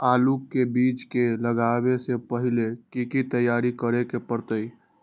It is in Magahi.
आलू के बीज के लगाबे से पहिले की की तैयारी करे के परतई?